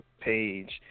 page